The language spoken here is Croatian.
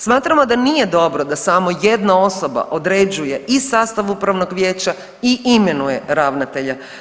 Smatramo da nije dobro da samo jedna osoba određuje i sastav upravnog vijeća i imenuje ravnatelje.